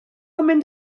mynd